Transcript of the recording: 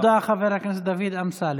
תודה, חבר הכנסת דוד אמסלם.